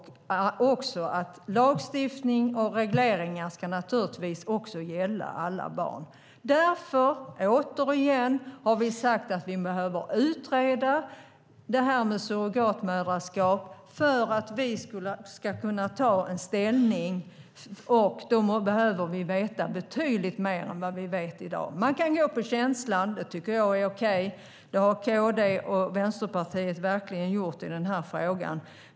Lagstiftning och regleringar ska gälla alla barn. Därför har vi sagt, återigen, att vi behöver utreda detta med surrogatmoderskap för att vi ska kunna ta ställning och att vi behöver veta betydligt mer än vad vi vet i dag. Man kan gå på känslan - det är okej - och det har KD och Vänsterpartiet verkligen gjort i den här frågan.